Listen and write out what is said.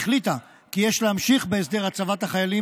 הממשלה החליטה כי יש להמשיך בהסדר הצבת החיילים